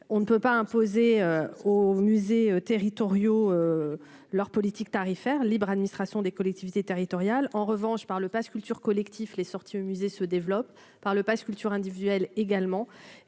on ne peut pas imposer aux musées territoriaux leur politique tarifaire libre administration des collectivités territoriales en revanche par le Pass culture collectif les sorties au musée se développe par le Pass culture individuelle également